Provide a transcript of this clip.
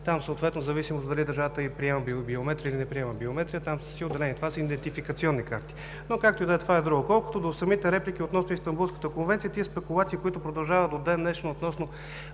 Там, съответно в зависимост дали държавата приема биометрия или не приема биометрия – това са идентификационни карти. Както и да е – това е друго. Колкото до самите реплики относно Истанбулската конвенция, тези спекулации, които продължават до ден днешен относно